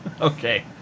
Okay